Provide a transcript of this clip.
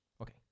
Okay